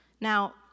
Now